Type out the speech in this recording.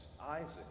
Isaac